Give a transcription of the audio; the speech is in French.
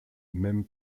même